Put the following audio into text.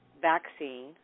vaccine